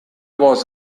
was